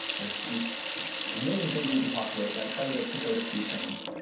there's a million things we could talk about. but i tried to pick out a few things.